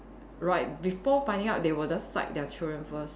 right before finding out they will just side their children first